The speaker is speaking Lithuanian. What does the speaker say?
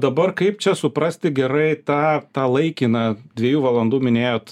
dabar kaip čia suprasti gerai tą tą laikiną dviejų valandų minėjot